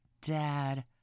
dad